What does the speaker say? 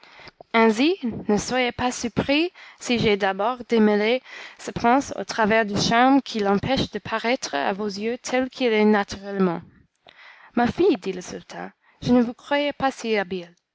ne soyez pas surpris si j'ai d'abord démêlé ce prince au travers du charme qui l'empêche de paraître à vos yeux tel qu'il est naturellement ma fille dit le sultan je ne vous croyais pas si